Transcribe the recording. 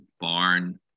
barn